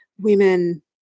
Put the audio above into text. women